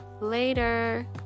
later